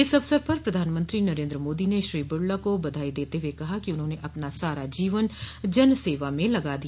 इस अवसर पर प्रधानमंत्री नरेन्द्र मोदी ने श्री बिड़ला का बधाई देते हुए कहा कि उन्होंने अपना सारा जीवन जन सेवा में लगा दिया